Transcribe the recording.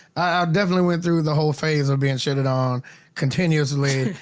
definitely went through the whole phase of being shitted on continuously,